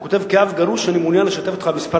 הוא כותב: "כאב גרוש אני מעוניין לשתף אותך במספר